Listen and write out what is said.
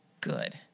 good